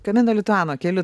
kamino lituano keliu